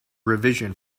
revision